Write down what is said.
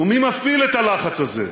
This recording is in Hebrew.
ומי מפעיל את הלחץ הזה?